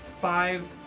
five